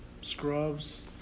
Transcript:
Scrubs